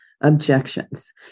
objections